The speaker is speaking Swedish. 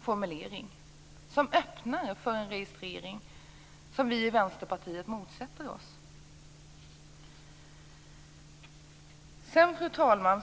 formulering som öppnar för en registrering som vi i Vänsterpartiet motsätter oss. Fru talman!